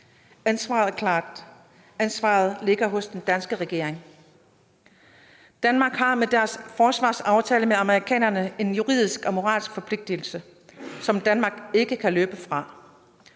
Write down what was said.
Ansvaret ligger hos den danske regering. Danmark har med sin forsvarsaftale med amerikanerne en juridisk og moralsk forpligtelse, som Danmark ikke kan løbe fra.